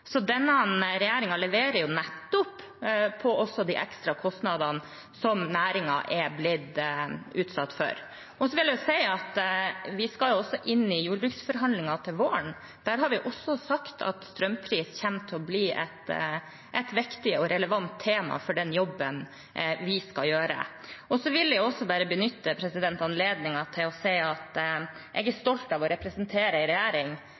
Så denne regjeringen leverer nettopp på de ekstra kostnadene som næringen er blitt utsatt for. Vi skal inn i jordbruksforhandlinger til våren. Vi har sagt at strømpris også kommer til å bli et viktig og relevant tema for den jobben vi skal gjøre der. Jeg vil også benytte anledningen til å si at jeg er stolt av å representere en regjering